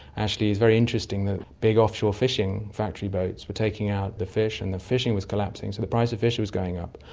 actually it's very interesting, the big offshore fishing factory boats were taking out the fish and the fishing was collapsing so the price of fish was going up.